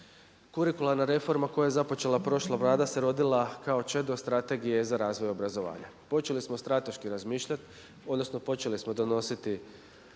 kurikuralna reforma koja je započela prošla vlada se rodila kao čedo strategije za razvoj obrazovanja. Počeli smo strateški razmišljati odnosno počeli smo donositi